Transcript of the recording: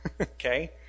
okay